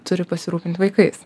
turi pasirūpint vaikais